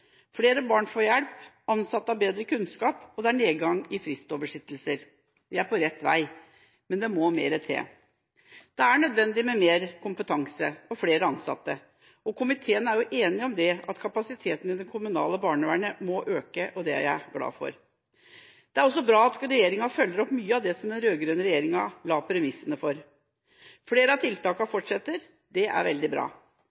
Flere barn får hjelp, ansatte har bedre kunnskap, og det er nedgang i fristoversittelser. Vi er på rett vei, men det må mer til. Det er nødvendig med mer kompetanse og flere ansatte, og komiteen er enig om at kapasiteten i det kommunale barnevernet må økes – det er jeg glad for. Det er også bra at regjeringa følger opp mye av det som den rød-grønne regjeringa la premissene for. Flere av tiltakene fortsetter – det er veldig bra,